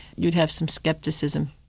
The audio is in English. you'd have some scepticism.